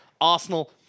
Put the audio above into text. Arsenal